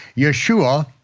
yeshua,